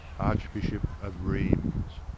archbishop of rheims,